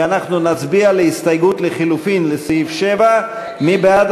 ואנחנו נצביע על הסתייגות לחלופין לסעיף 7. מי בעד